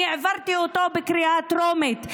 אני העברתי אותו בקריאה טרומית.